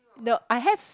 no I has